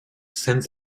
sends